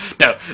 No